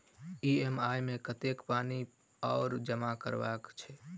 EMI मे कतेक पानि आओर जमा करबाक छैक?